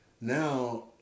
Now